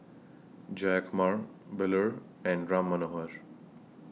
Jayakumar Bellur and Ram Manohar She